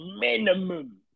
minimum